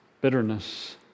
bitterness